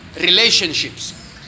relationships